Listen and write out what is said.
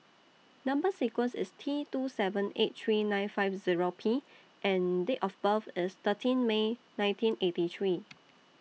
Number sequence IS T two seven eight three nine five Zero P and Date of birth IS thirteen May nineteen eighty three